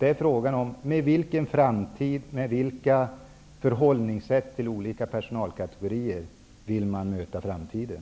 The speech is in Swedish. Det är fråga om med vilka förhållningssätt till olika personalkategorier man vill möta framtiden.